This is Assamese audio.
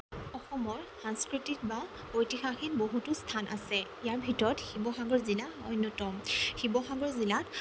অসমৰ সাংস্কৃতিক বা ঐতিসাহিক বহুতো স্থান আছে ইয়াৰ ভিতৰত শিৱসাগৰ জিলা অন্যতম শিৱসাগৰ জিলাত